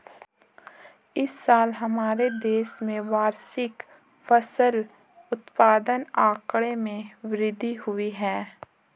इस साल हमारे देश में वार्षिक फसल उत्पादन आंकड़े में वृद्धि हुई है